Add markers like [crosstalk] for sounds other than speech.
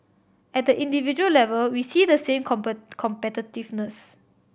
at the individual level we see the same [unintelligible] competitiveness